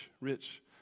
rich